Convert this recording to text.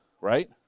Right